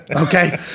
okay